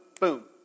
boom